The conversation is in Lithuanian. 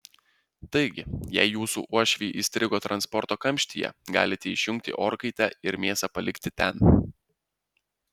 taigi jei jūsų uošviai įstrigo transporto kamštyje galite išjungti orkaitę ir mėsą palikti ten